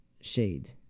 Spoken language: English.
shade